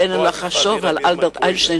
עלינו לחשוב על דבריו של אלברט איינשטיין: